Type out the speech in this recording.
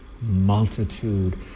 multitude